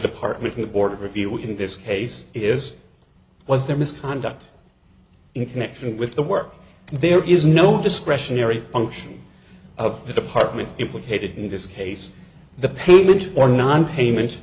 department board review in this case is was there misconduct in connection with the work there is no discretionary function of the department implicated in this case the payment or nonpayment